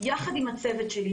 יחד עם הצוות שלי,